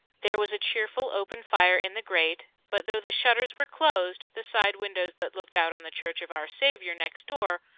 there was a cheerful open fire in the grate, but though the shutters were closed, the side windows that looked out on the church of our saviour, next door,